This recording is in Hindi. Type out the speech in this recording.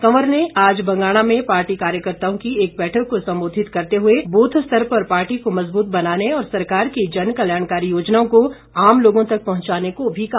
कंवर ने आज बंगाणा में पार्टी कार्यकर्ताओं की एक बैठक को संबोधित करते हुए बूथ स्तर पर पार्टी को मजबूत बनाने और सरकार की जनकल्याणकारी योजनाओं को आम लोगों तक पहुंचाने को भी कहा